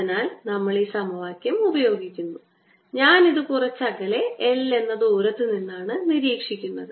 അതിനാൽ നമ്മൾ ഈ സമവാക്യം ഉപയോഗിക്കുന്നു ഞാൻ ഇത് കുറച്ച് അകലെ l എന്ന ദൂരത്തുനിന്നാണ് നിരീക്ഷിക്കുന്നത്